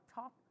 top